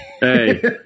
Hey